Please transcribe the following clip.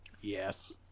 Yes